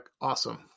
awesome